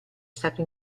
stato